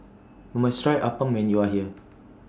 YOU must Try Appam when YOU Are here